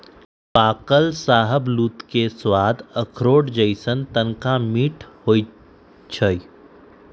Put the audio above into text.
पाकल शाहबलूत के सवाद अखरोट जइसन्न तनका मीठ होइ छइ